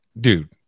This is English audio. Dude